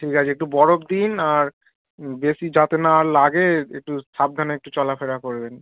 ঠিক আছে একটু বরফ দিন আর বেশি যাতে না লাগে একটু সাবধানে একটু চলা ফেরা করবেন